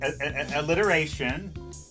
alliteration